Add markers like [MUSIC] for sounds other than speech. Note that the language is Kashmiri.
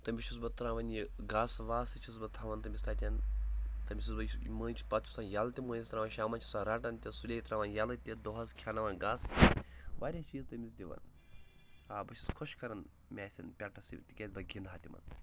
تٔمِس چھُس بہٕ ترٛاوان یہِ گاسہٕ واسہٕ چھُس بہٕ تھاوان تٔمِس تَتٮ۪ن تٔمِس چھُس بہٕ [UNINTELLIGIBLE] مٔنٛزۍ پَتہٕ چھُسَن ییٚلہٕ تہِ مٔنٛزۍ ترٛاوان شامَن چھُسَن رَٹان تہِ سُلے ترٛاوَن ییٚلہٕ تہِ دۄہَس کھٮ۪ناوان گاسہٕ تہِ واریاہ چیٖز تٔمِس دِوان آ بہٕ چھُس خوش کَران مےٚ آسَن پٮ۪ٹَس سۭتۍ تِکیٛازِ بہٕ گِنٛدہا تِمَن سۭتۍ